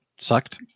sucked